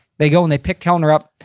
they go and they pick kellner up,